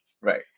Right